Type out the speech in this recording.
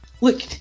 Look